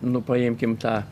nu paimkim tą